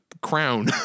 crown